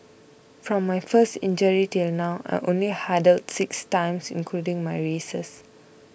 from my first injury till now I only hurdled six times including my races